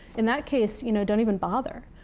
in that case, you know don't even bother.